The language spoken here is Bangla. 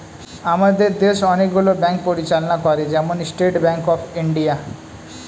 আমাদের দেশ অনেক গুলো ব্যাঙ্ক পরিচালনা করে, যেমন স্টেট ব্যাঙ্ক অফ ইন্ডিয়া